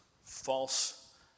false